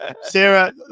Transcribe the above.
Sarah